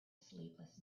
sleepless